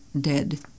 dead